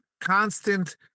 constant